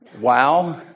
wow